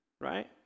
Right